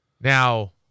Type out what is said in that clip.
Now